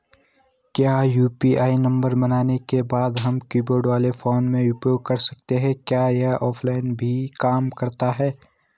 क्या UPI number बनाने के बाद हम कीपैड वाले फोन में प्रयोग कर सकते हैं क्या यह ऑफ़लाइन भी काम करता है?